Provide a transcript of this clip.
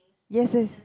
yes yes